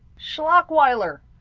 schlachweiler!